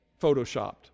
photoshopped